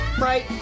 Right